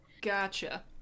Gotcha